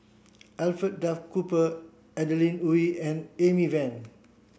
Alfred Duff Cooper Adeline Wee and Amy Van